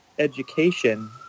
education